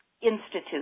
Institute